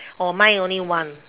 oh mine only one